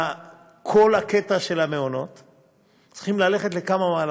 בכל הקטע של המעונות אנחנו צריכים ללכת לכמה מהלכים: